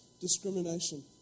discrimination